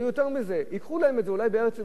ייקחו להם את זה אולי כשייכנסו לארץ-ישראל,